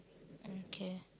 okay